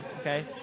okay